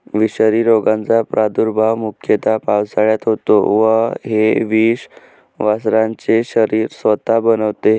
विषारी रोगाचा प्रादुर्भाव मुख्यतः पावसाळ्यात होतो व हे विष वासरांचे शरीर स्वतः बनवते